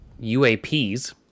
UAPs